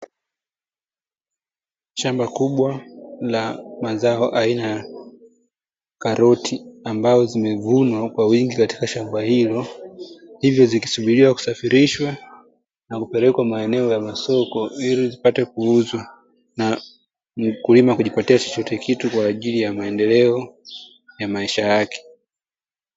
Shamba kubwa la mazao aina ya karoti, ambazo zimevunwa kwa wingi katika shamba hilo. Hivyo zikisubiria kusafirishwa na kupelekwa maeneo ya masoko, ili zipate kuuzwa na mkulima kujipatia chochote kitu kwa ajili ya maendeleo ya maisha yake .